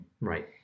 Right